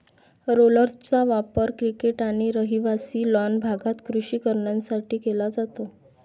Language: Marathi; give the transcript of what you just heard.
रोलर्सचा वापर क्रिकेट आणि रहिवासी लॉन भागात कृषी कारणांसाठी केला जातो